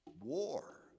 war